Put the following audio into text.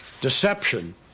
deception